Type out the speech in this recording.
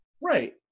Right